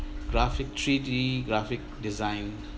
graphic three D graphic design